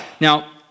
Now